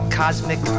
cosmic